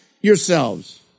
yourselves